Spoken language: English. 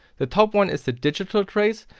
the top one is the digital trace,